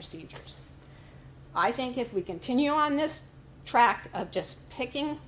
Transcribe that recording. procedures i think if we continue on this track of just picking